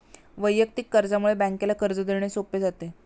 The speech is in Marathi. वैयक्तिक कर्जामुळे बँकेला कर्ज देणे सोपे जाते